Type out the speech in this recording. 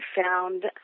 found